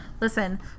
Listen